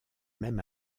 même